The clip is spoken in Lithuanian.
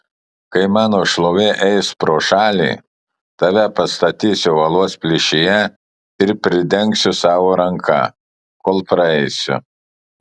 kai mano šlovė eis pro šalį tave pastatysiu uolos plyšyje ir pridengsiu savo ranka kol praeisiu